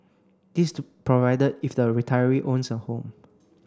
this is provided if the retiree owns a home